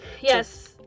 Yes